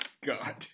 god